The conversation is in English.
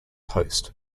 host